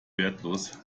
wertlos